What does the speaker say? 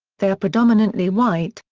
they are predominantly white,